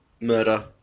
murder